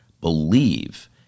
believe